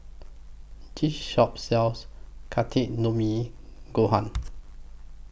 This Shop sells Gohan